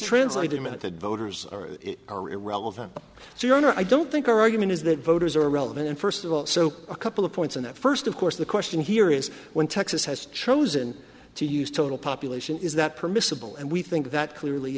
translated meant that voters are irrelevant so your honor i don't think our argument is that voters are relevant and first of all so a couple of points in that first of course the question here is when texas has chosen to use total population is that permissible and we think that clearly